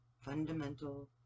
fundamental